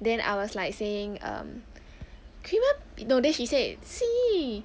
then I was like saying err creame~ then she said see